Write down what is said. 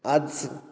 आज